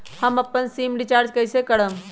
हम अपन SIM recharge कइसे करम?